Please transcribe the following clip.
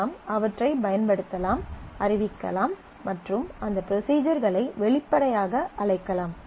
நாம் அவற்றைப் பயன்படுத்தலாம் அறிவிக்கலாம் மற்றும் அந்த ப்ரொஸிஜர்களை வெளிப்படையாக அழைக்கலாம்